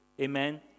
amen